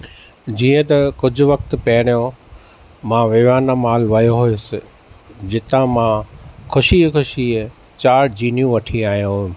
जीअं त कुझु वक़्तु पहिरियों मां विवान मॉल वयो हुयसि जितां मां खु़शीअ खु़शीअ चारि जीनूं वठी आयो होमि